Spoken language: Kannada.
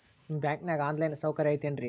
ನಿಮ್ಮ ಬ್ಯಾಂಕನಾಗ ಆನ್ ಲೈನ್ ಸೌಕರ್ಯ ಐತೇನ್ರಿ?